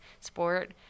sport